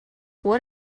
what